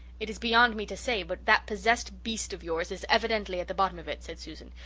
it is beyond me to say, but that possessed beast of yours is evidently at the bottom of it, said susan.